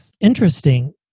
Interesting